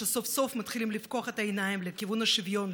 סוף-סוף מתחילים לפקוח את העיניים לכיוון השוויון,